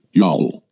y'all